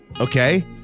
Okay